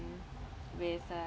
with uh